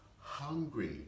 hungry